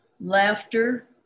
laughter